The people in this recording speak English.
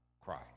cry